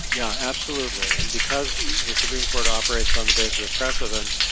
yeah absolutely. and because the supreme court operates on the basis of precedent,